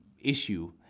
issue